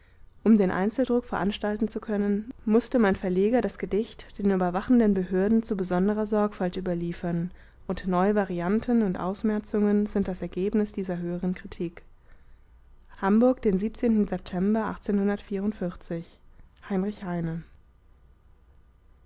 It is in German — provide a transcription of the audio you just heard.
um den einzeldruck veranstalten zu können mußte mein verleger das gedicht den überwachenden behörden zu besonderer sorgfalt überliefern und neue varianten und ausmerzungen sind das ergebnis dieser höheren kritik hamburg den september heinrich heine